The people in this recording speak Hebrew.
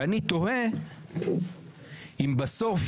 ואני תוהה אם בסוף,